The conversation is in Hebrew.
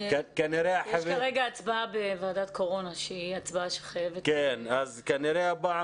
יש כרגע הצבעה בוועדת קורונה שהיא הצבעה שחייבת --- אז כנראה שהפעם